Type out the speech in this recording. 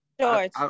George